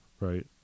right